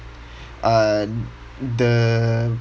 uh the